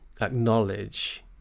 acknowledge